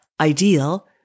ideal